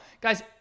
Guys